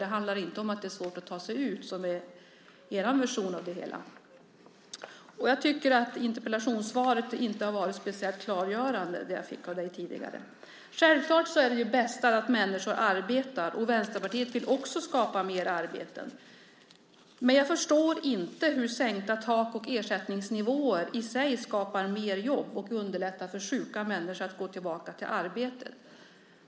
Det handlar alltså inte om att det är svårt att ta sig ut, vilket är regeringens version av det hela, och jag tycker inte att det interpellationssvar som jag tidigare fick av statsrådet varit speciellt klargörande. Självklart är det bäst att människor arbetar, och även Vänsterpartiet vill skapa fler arbeten. Men jag förstår inte hur sänkta tak och ersättningsnivåer i sig skapar fler jobb och underlättar för sjuka människor att gå tillbaka till arbetet.